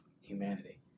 humanity